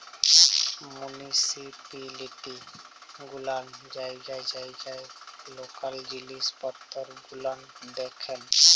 municipality গুলান জায়গায় জায়গায় লকাল জিলিস পত্তর গুলান দেখেল